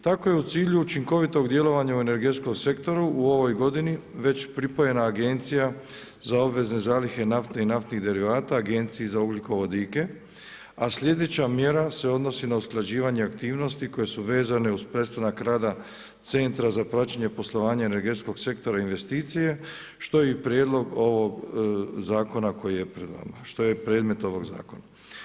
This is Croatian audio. Tako je u cilju učinkovitog djelovanja u energetskom sektoru u ovoj godini već pripojena Agencija za obvezne zalihe nafte i naftnih derivata Agenciji za ugljikovodike, a sljedeća mjera se odnosi na usklađivanje aktivnosti koje su vezane uz prestanak rada Centra za praćenje poslovanja energetskog sektora i investicije što je i prijedlog ovog zakona koji je pred vama, što je i predmet ovog zakona.